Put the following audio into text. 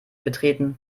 betreten